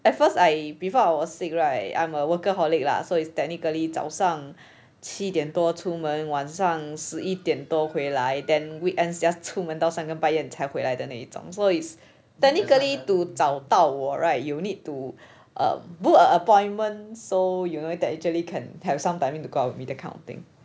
at first I before I was sick right I'm a workaholic lah so is technically 早上七点多出门晚上十一点多回来 then weekends just 出门到三更半夜才回来的那一种 so is technically to 找到我 right you need to err book a appointment so you know can actually can have some timing to go out with me that kind of thing